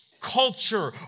culture